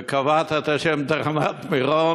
וקבעת את השם תחנת מירון.